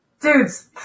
dude's